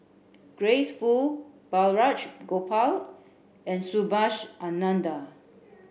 Grace Fu Balraj Gopal and Subhas Anandan